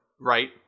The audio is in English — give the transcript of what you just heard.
Right